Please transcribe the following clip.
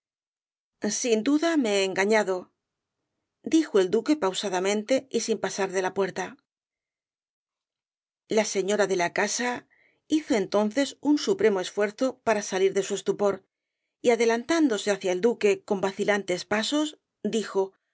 sin duda me he engañado dijo el duque pausadamente y sin pasar de la puerta la señora de la casa hizo entonces un supremo esfuerzo para salir de su estupor y adelantándose hacia el duque con vacilantes pasos dijo